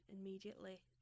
immediately